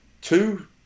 two